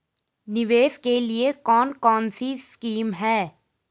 निवेश के लिए कौन कौनसी स्कीम हैं?